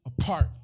apart